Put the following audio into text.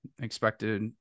expected